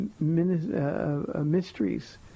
mysteries